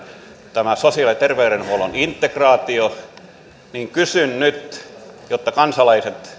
tämä sosiaali ja terveydenhuollon integraatio kysyn nyt jotta kansalaiset